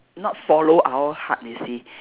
not follow our heart you see